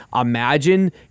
Imagine